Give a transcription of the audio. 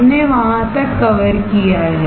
हमने वहां तक कवर किया है